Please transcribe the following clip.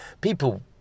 people